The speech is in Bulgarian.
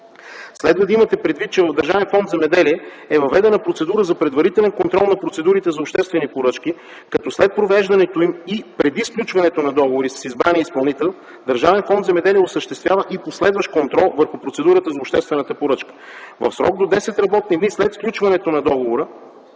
Следва да имате предвид, че в Държавен фонд „Земеделие” е въведена процедура за предварителен контрол на процедурите за обществени поръчки, като след провеждането им и преди сключването на договори с избрания изпълнител Държавен фонд „Земеделие” осъществява и последващ контрол върху процедурата за обществената поръчка. В срок до десет работни дни след сключването на договора